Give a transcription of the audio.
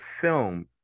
film